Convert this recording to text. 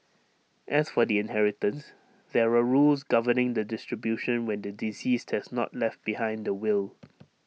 as for the inheritance there are rules governing the distribution when the deceased has not left behind A will